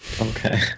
Okay